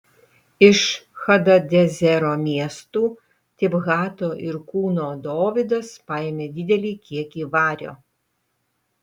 iš hadadezero miestų tibhato ir kūno dovydas paėmė didelį kiekį vario